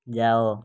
ଯାଅ